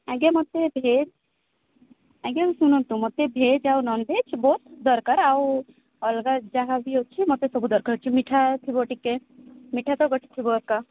ଆଜ୍ଞା ମୋତେ ଭେଜ୍ ଆଜ୍ଞା ଶୁଣନ୍ତୁ ମୋତେ ଭେଜ୍ ଆଉ ନନଭେଜ୍ ବୋଥ୍ ଦରକାର ଆଉ ଅଲଗା ଯାହା ବି ଅଛି ମୋତେ ସବୁ ଦରକାର ଅଛି ମିଠା ଥିବ ଟିକେ ମିଠା ତ ଗୋଟେ ଥିବ ଏକା